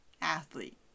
athlete